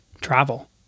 travel